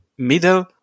middle